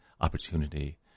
opportunity